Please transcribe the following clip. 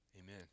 Amen